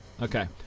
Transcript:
Okay